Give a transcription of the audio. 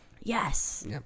Yes